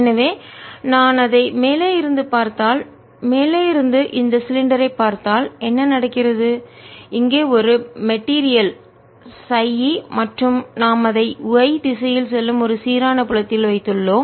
எனவே நான் அதை மேலே இருந்து பார்த்தால் மேலே இருந்து இந்த சிலிண்டரைப் பார்த்தால் என்ன நடக்கிறது இங்கே ஒரு மெட்டீரியல் பொருள் χ e மற்றும் நாம் அதை y திசையில் செல்லும் ஒரு சீரான புலத்தில் வைத்துள்ளோம்